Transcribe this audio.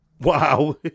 Wow